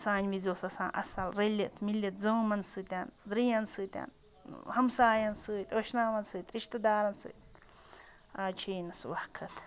سانہِ وِزِ اوس آسان اَصٕل رٔلِتھ مِلِتھ زٲمَن سۭتۍ دٕرٛیَن سۭتۍ ہَمسایَن سۭتۍ ٲشناوَن سۭتۍ رِشتہٕ دارَن سۭتۍ آز چھِ یی نہٕ سُہ وقت